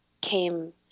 came